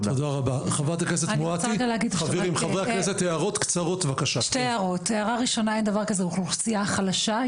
אין דבר כזה אוכלוסייה חלשה,